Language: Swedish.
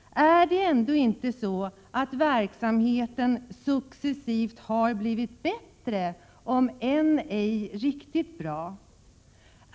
Är det ändå inte så att verksamheten successivt har blivit bättre, om än ej riktigt bra?